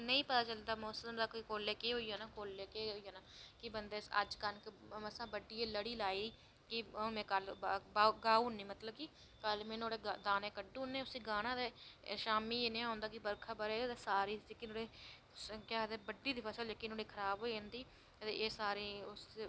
ते नेईं पता चलदा मौसम दा कि कोल्लै केह् होई जाना ते कोल्लै केह् होई जाना कि बंदे कनक बड्ढियै में हां मसां लाई कि हून में कल्ल गाही ओड़नी मतलब कि कल्ल में नुहाड़े कल्ल में गाही ओड़नी ते शामीं इंया होंदा कि बर्खा ब'रग ते बाकी जेह्की नुहाड़ी बड्ढी दी फसल खराब होई जंदी ते एह् सारे उसी ओह्